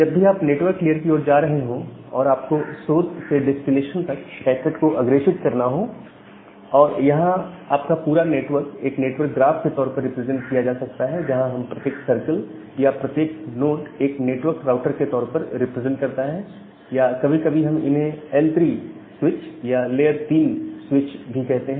जब भी आप नेटवर्क लेयर की ओर जा रहे हैं और आपको सोर्स से डेस्टिनेशन तक एक पैकेट को अग्रेषित करना है और यहां आपका पूरा नेटवर्क एक नेटवर्क ग्राफ के तौर पर रिप्रेजेंट किया जा सकता है जहां प्रत्येक सर्कल या प्रत्येक नोट एक नेटवर्क राउटर के तौर पर रिप्रेजेंट करता है या कभी कभी हम इन्हें एल 3 स्विच अथवा लेयर 3 स्विच भी कहते हैं